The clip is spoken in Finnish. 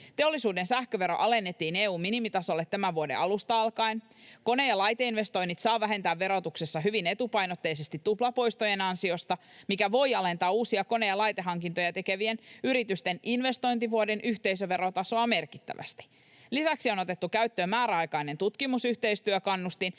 Teollisuuden sähkövero alennettiin EU:n minimitasolle tämän vuoden alusta alkaen. Kone- ja laiteinvestoinnit saa vähentää verotuksessa hyvin etupainotteisesti tuplapoistojen ansiosta, mikä voi alentaa uusia kone- ja laitehankintoja tekevien yritysten investointivuoden yhteisöverotasoa merkittävästi. Lisäksi on otettu käyttöön määräaikainen tutkimusyhteistyökannustin,